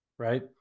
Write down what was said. right